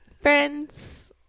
Friends